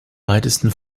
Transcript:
weitesten